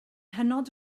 hynod